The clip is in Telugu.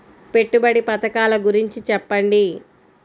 పెట్టుబడి పథకాల గురించి చెప్పండి?